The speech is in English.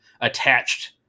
attached